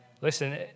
Listen